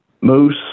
moose